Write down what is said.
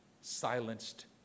silenced